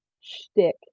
shtick